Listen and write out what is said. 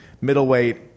Middleweight